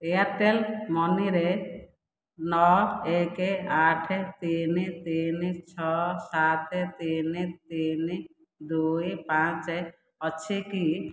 Airtel ମନିରେ ନଅ ଏକ ଆଠ ତିନି ତିନି ଛଅ ସାତ ତିନି ତିନି ଦୁଇ ପାଞ୍ଚ ଅଛି କି